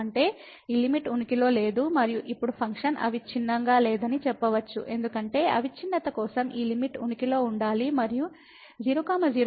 అంటే ఈ లిమిట్ ఉనికిలో లేదు మరియు ఇప్పుడు ఫంక్షన్ అవిచ్ఛిన్నంగా లేదని చెప్పవచ్చు ఎందుకంటే అవిచ్ఛిన్నత కోసం ఈ లిమిట్ ఉనికిలో ఉండాలి మరియు 0 0 పాయింట్ వద్ద అవకలనానికి చేరుకోవాలి